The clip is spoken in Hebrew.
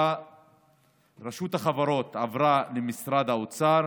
רשות החברות עברה למשרד האוצר.